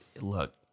look